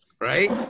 Right